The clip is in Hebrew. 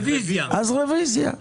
אז רביזיה.